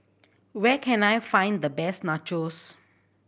where can I find the best Nachos